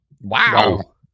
Wow